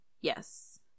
yes